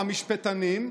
המשפטנים,